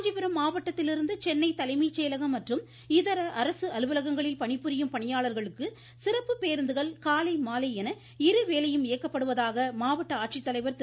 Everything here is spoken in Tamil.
காஞ்சிபுரம் மாவட்டத்தில் இருந்து சென்னை தலைமை செயலகம் மற்றும் இதர அரசு அலுவலகங்களில் பணிபுரியும் பணியாளர்களுக்கு சிறப்பு பேருந்துகள் காலை மாலை என இருவேளையும் இயக்கப்படுவதாக மாவட்ட ஆட்சித்தலைவர் திரு